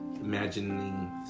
imagining